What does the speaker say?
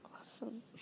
Awesome